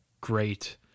great